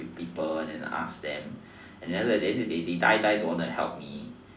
the people and then asked them and then they die die don't want to help me